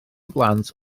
blant